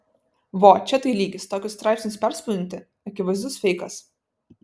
vo čia tai lygis tokius straipsnius perspausdinti akivaizdus feikas